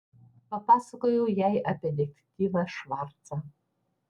papasakojau jai apie detektyvą švarcą